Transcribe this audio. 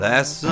Last